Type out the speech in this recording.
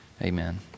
Amen